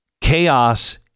Chaos